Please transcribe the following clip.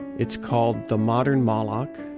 it's called the modern moloch.